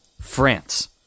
France